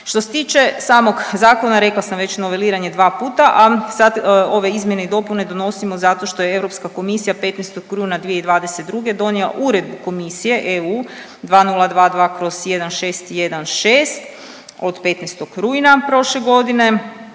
Što se tiče samog zakona rekla sam već noveliran je dva puta, a sad ove izmjene i dopune donosimo zato što je Europska komisija 15. rujna 2022. donijela Uredbu Komisije EU 2022/1616 od 15. rujna prošle godine